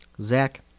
Zach